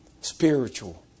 Spiritual